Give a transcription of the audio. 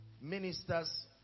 ministers